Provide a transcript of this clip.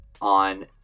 on